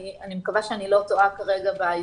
אני מקווה שאני לא טועה באזכורים